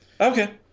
Okay